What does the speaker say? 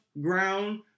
ground